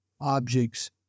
objects